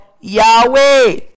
Yahweh